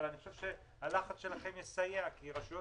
אבל אני חושב שהלחץ שלכם יסייע כי רשויות